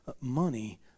money